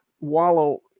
wallow